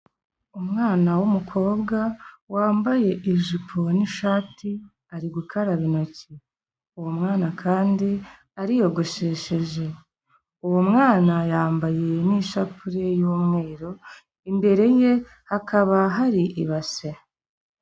Umwana w'umukobwa wambaye ijipo n'ishati ari gukaraba intoki, uwo mwana kandi ariyogoshesheje, uwo mwana yambaye n'ishapure yumweru, imbere ye hakaba hari ibase.